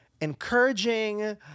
encouraging